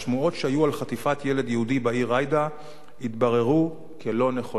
שהיו על חטיפת ילד יהודי בעיר ריידה התבררו כלא-נכונות,